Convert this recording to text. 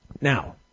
Now